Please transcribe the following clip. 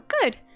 good